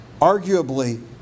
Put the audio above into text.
Arguably